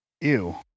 Ew